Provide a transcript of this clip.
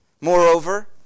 Moreover